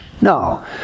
No